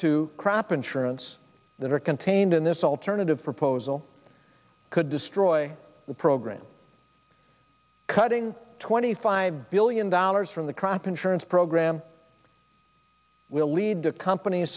to crop insurance that are contained in this alternative proposal could destroy the program cutting twenty five billion dollars from the crop insurance program will lead to compan